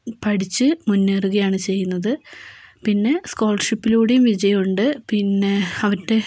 പഠിച്ച് മുന്നേറുകയാണ് ചെയ്യുന്നത് പിന്നെ സ്കോളർഷിപ്പിലൂടെയും വിജയമുണ്ട് പിന്നെ അവരുടെ